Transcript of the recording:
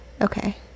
okay